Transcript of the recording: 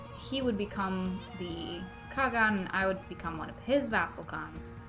he would become the cog on and i would become one of his vassal khan's